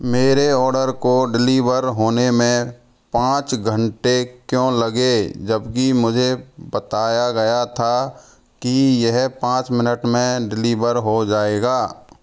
मेरे ऑर्डर को डिलीवर होने में पाँच घंटे क्यों लगे जबकि मुझे बताया गया था कि यह पाँच मिनट में डिलीवर हो जाएगा